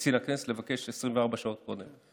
אף שחובת ההוכחה שהם אכן קיבלו אותו בזמן היא על הרשות.